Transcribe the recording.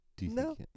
No